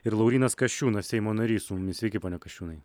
ir laurynas kasčiūnas seimo narys sveiki pone kasčiūnai